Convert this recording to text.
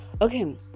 okay